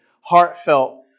heartfelt